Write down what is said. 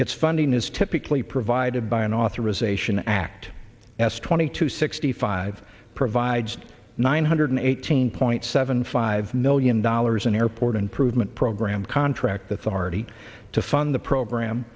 its funding is typically provided by an authorization act as twenty two sixty five provides nine hundred eighteen point seven five million dollars an airport improvement program contract with r t to fund the program